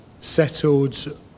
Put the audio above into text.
settled